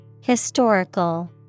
Historical